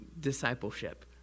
discipleship